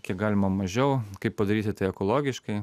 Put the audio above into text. kiek galima mažiau kaip padaryti tai ekologiškai